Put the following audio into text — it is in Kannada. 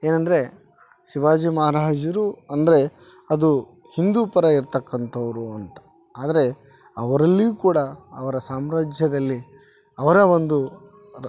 ಏನಂದರೆ ಶಿವಾಜಿ ಮಹಾರಾಜರು ಅಂದರೆ ಅದು ಹಿಂದೂ ಪರ ಇರ್ತಕ್ಕಂಥವ್ರು ಅಂತ ಆದರೆ ಅವರಲ್ಲಿಯು ಕೂಡ ಅವರ ಸಾಮ್ರಾಜ್ಯದಲ್ಲಿ ಅವರ ಒಂದು ರ